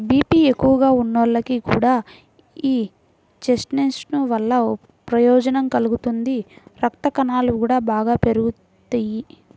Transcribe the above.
BP ఎక్కువగా ఉన్నోళ్లకి కూడా యీ చెస్ట్నట్స్ వల్ల ప్రయోజనం కలుగుతుంది, రక్తకణాలు గూడా బాగా పెరుగుతియ్యి